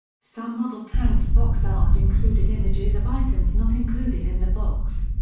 some model tanks' box art included images of items not included in the box.